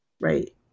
right